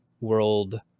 world